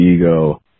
ego